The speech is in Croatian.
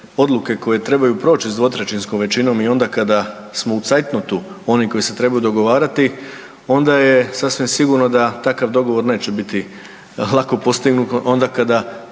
odluke koje trebaju proći sa dvotrećinskom većinom i onda kada smo u zeitnotu oni koji se trebaju dogovarati, onda je sasvim sigurno da takav dogovor neće biti lako postignut onda kada